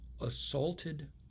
assaulted